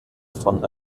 von